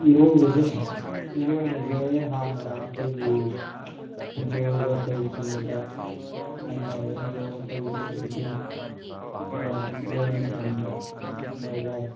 ꯏꯔꯣꯏꯕꯁꯦ ꯏꯔꯣꯏꯕꯁꯦ ꯍꯥꯟꯅ ꯑꯩꯈꯣꯏꯒꯤ ꯌꯣꯒꯥ ꯇꯧꯗ꯭ꯔꯤꯉꯩꯗ ꯍꯥꯏꯇꯥꯔꯦ ꯌꯣꯒꯥ ꯇꯧꯗ꯭ꯔꯤꯉꯩꯗꯗꯤ ꯈꯔ ꯑꯗꯨꯝ ꯏꯔꯣꯏꯕ ꯃꯇꯝꯗ ꯈꯔ ꯋꯥꯏ